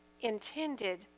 intended